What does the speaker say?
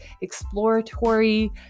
exploratory